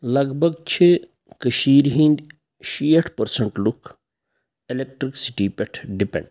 لگ بگ چھِ کٔشیٖرِ ہِنٛدۍ شیٹھ پٔرسنٛٹ لُکھ اٮ۪لکٹِرٛک سِٹی پٮ۪ٹھ ڈِپٮ۪نٛڈ